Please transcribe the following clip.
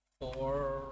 Four